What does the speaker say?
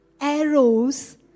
arrows